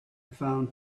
found